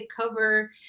cover